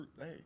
Hey